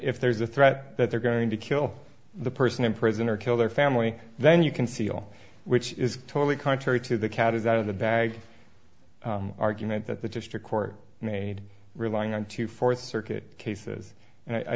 if there's a threat that they're going to kill the person in prison or kill their family then you can seal which is totally contrary to the cat is out of the bag argument that the district court made relying on two fourth circuit cases